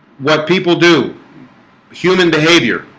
what people do human behavior